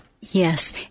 Yes